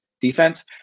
defense